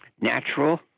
natural